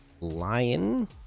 Lion